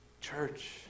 Church